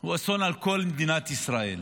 הוא אסון על כל מדינת ישראל.